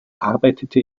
arbeitete